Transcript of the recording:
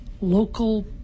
local